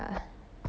mmhmm